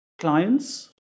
clients